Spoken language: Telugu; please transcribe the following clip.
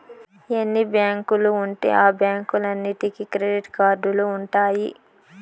ఎన్ని బ్యాంకులు ఉంటే ఆ బ్యాంకులన్నీటికి క్రెడిట్ కార్డులు ఉంటాయి